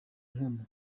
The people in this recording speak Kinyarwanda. nkombo